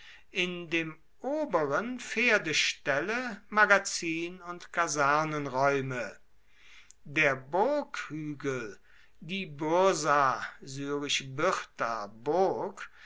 in dem oberen pferdeställe magazin und kasernen der burghügel die